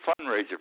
fundraiser